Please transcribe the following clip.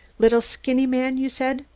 little, skinny man you said.